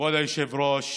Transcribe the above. כבוד היושב-ראש,